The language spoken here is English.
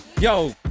Yo